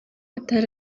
atari